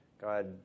God